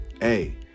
Hey